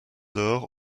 dore